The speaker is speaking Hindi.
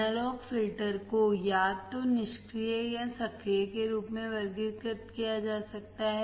एनालॉग फिल्टर को या तो निष्क्रिय या सक्रिय के रूप में वर्गीकृत किया जा सकता है